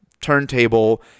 turntable